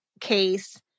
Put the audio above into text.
case